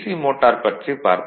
motor பற்றிப் பார்ப்போம்